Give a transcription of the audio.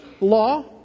law